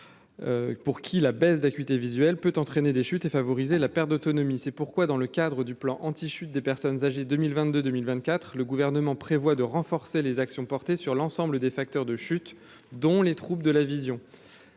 pour qui la baisse d'acuité visuelle peut entraîner des chutes et favoriser la perte d'autonomie, c'est pourquoi, dans le cadre du plan anti-chute des personnes âgées 2022 2024, le gouvernement prévoit de renforcer les actions portées sur l'ensemble des facteurs de chutes, dont les troupes de la vision,